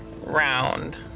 Round